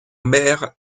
mer